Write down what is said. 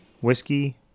whiskey